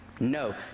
no